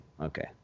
okay